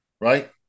right